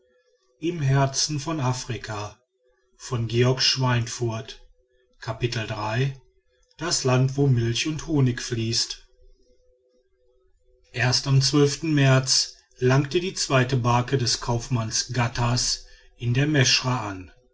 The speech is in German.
das land wo milch und honig fließt erst am märz langte die zweite barke des kaufmanns ghattas in der meschra an